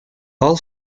all